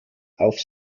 auf